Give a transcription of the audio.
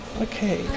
okay